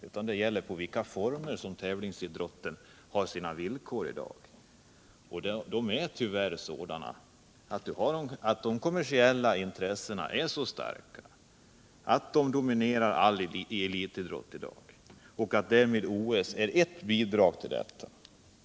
utan de former i vilka tävlingsidrotten utövas och de villkor på vilka det sker. Tyvärr är de kommersiella intressena så starka att de i dag dominerar all elitidrott. OS är ett inslag i den bilden.